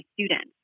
students